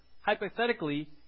hypothetically